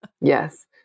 Yes